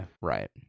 Right